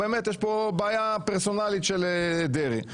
יש פה בעיה פרסונלית של דרעי,